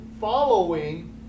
following